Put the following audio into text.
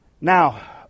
Now